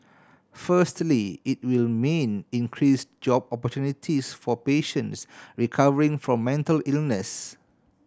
firstly it will mean increased job opportunities for patients recovering from mental illness